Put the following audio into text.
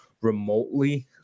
remotely